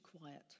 quiet